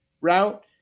route